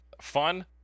fun